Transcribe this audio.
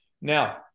Now